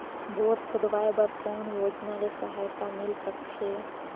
Bore खोदवाय बर कौन योजना ले सहायता मिल सकथे?